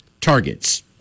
targets